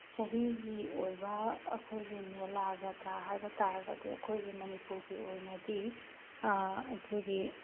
ꯆꯍꯤꯒꯤ ꯑꯣꯏꯕ ꯑꯩꯈꯣꯏꯒꯤ ꯃꯦꯂꯥ ꯖꯥꯇ꯭ꯔꯥ ꯍꯥꯏꯕ ꯇꯥꯔꯒꯗꯤ ꯑꯩꯈꯣꯏꯒꯤ ꯃꯅꯤꯄꯨꯔꯒꯤ ꯑꯣꯏꯅꯗꯤ ꯑꯩꯈꯣꯏꯒꯤ